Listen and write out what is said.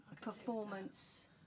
performance